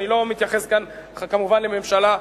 אני לא מתייחס כאן כמובן לממשלה.